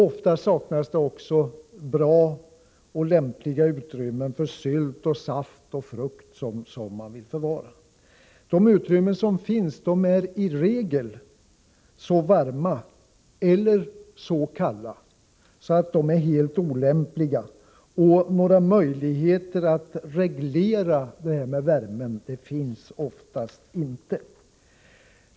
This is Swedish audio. Ofta saknas det också bra och lämpliga utrymmen för sylt, saft och frukt som man vill förvara. De utrymmen som finns är i regel så varma eller så kalla att de är helt olämpliga, och några möjligheter att reglera värmen finns oftast inte.